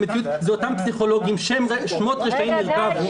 אותם פסיכולוגים, שהם שמות רשעים יירקבו,